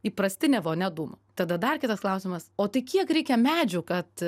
įprastinė vonia dūmų tada dar kitas klausimas o tai kiek reikia medžių kad